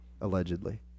Allegedly